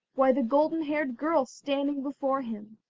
why, the golden-haired girl standing before him.